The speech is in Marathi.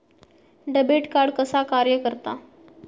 डेबिट कार्ड कसा कार्य करता?